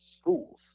schools